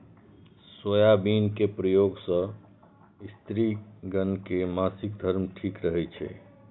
soybean के प्रयोग सं स्त्रिगण के मासिक धर्म ठीक रहै छै